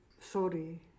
sorry